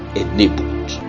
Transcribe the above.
enabled